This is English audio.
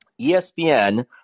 ESPN